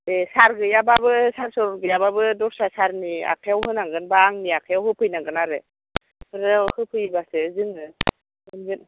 बे सार गैयाबाबो सार गैयाबाबो दस्रा सारनि आखायाव होनांगोन बा आंनि आखाइयाव होफैनांगोन आरो बेफोराव होफैबासो जोङो मोनगोन